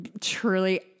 Truly